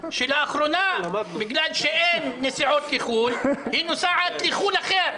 שלאחרונה בגלל שאין נסיעות לחו"ל היא נוסעת לחו"ל אחר.